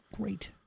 great